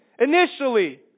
initially